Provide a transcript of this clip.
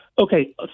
okay